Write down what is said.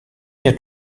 nie